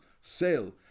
sale